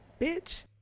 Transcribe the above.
bitch